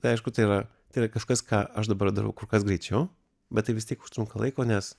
tai aišku tai yra tai yra kažkas ką aš dabar darau kur kas greičiau bet tai vis tiek užtrunka laiko nes